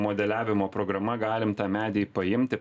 modeliavimo programa galim tą medį paimti